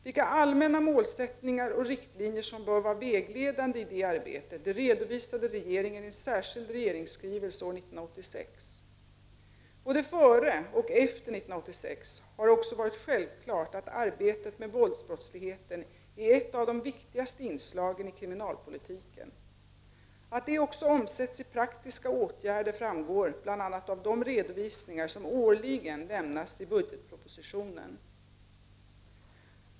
Vilka allmänna målsättningar och riktlinjer som bör vara vägledande i det arbetet redovisade regeringen i en särskild regeringsskrivelse år 1986 . Både före och efter 1986 har det också varit självklart att arbetet med våldsbrottsligheten är ett av de viktigaste inslagen i kriminalpolitiken. Att detta också omsätts i praktiska åtgärder framgår bl.a. av de redovisningar som årligen lämnas i budgetpropositionen.